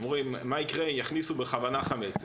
אומרים מה יקרה אם יכניסו בכוונה חמץ.